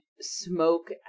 smoke